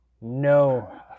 No